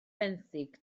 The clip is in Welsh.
benthyg